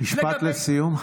משפט לסיום.